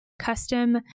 custom